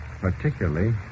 particularly